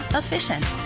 but efficient.